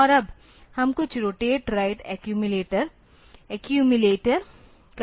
और अब हम कुछ रोटेट राइट एक्यूमिलेटर करते हैं